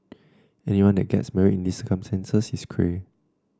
anyone that gets married in these circumstances is cray